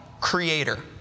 Creator